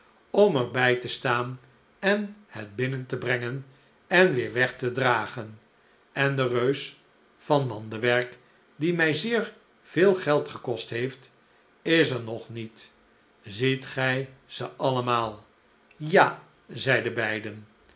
om er bij te staan en het binnen te brengen en weer weg te dragen en de reus van mandewerk die mij ve el geld gekost heeft is er nog niet ziet gij ze allemaal ja zeiden beiden